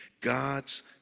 God's